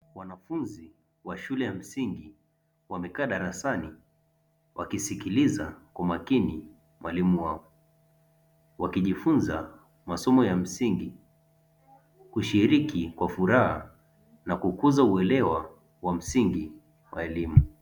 Wanafunzi wa shule ya msingi wamekaa darasani wakisikiliza kwa makini mwalimu wao, wakijifunza masomo ya msingi kushiriki kwa furaha na kukuza uelewa wa msingi wa elimu.